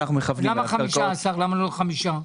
מה 15 ולמה לא חמש?